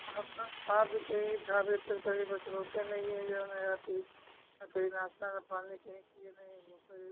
आपआप भी कहीं ढाबे पर कहीं बस रोके नहीं हैं जो है ना या कुछ ना कहीं नाश्ता न पानी कहीं किए नहीं हैं